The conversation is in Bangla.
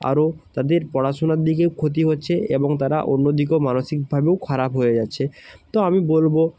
আরও তাদের পড়াশোনার দিকেও ক্ষতি হচ্ছে এবং তারা অন্য দিকেও মানসিকভাবেও খারাপ হয়ে যাচ্ছে তো আমি বলব